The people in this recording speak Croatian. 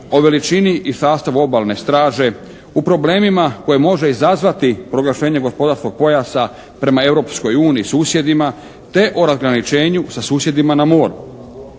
o veličini i sastavu obalne straže, u problemima koje može izazvati proglašenje gospodarskog pojasa prema Europskoj uniji, susjedima, te o razgraničenju sa susjedima na moru.